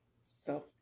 self